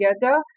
together